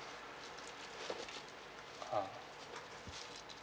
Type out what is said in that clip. (uh huh)